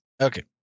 Okay